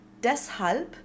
Deshalb